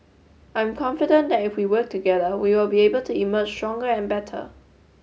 I'm confident that if we work together we will be able to emerge stronger and better